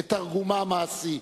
את תרגומה המעשי: